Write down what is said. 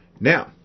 Now